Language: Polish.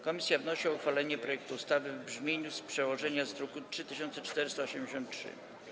Komisja wnosi o uchwalenie projektu ustawy w brzmieniu przedłożenia z druku nr 3483.